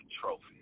Trophy